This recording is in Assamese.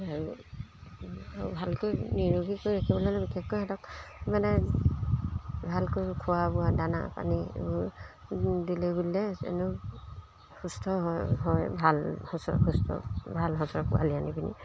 আৰু ভালকৈ নিৰোগী কৰি ৰাখিবলৈ হ'লে বিশেষকৈ সিহঁতক মানে ভালকৈ খোৱা বোৱা দানা পানী এইবোৰ দিলে বুলিলে হেনো সুস্থ হয় হয় ভাল সচ সুস্থ ভাল সঁচৰ পোৱালি আনি পিনি